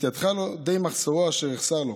די מחסֹרו אשר יחסר לו".